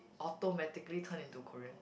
automatically turn into Korean